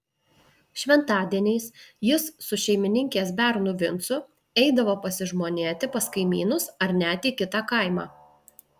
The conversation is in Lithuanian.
šventadieniais jis su šeimininkės bernu vincu eidavo pasižmonėti pas kaimynus ar net į kitą kaimą